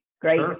Great